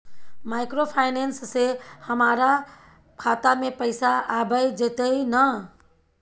Microfinance से हमारा खाता में पैसा आबय जेतै न?